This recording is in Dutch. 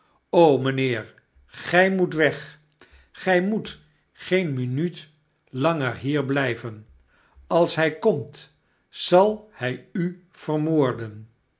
mijnheer gij moet weg gij moet geen minuut janger hier blijven als hij komt zal hij u vermoorden